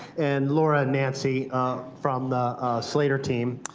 and laura and nancy from the slater team.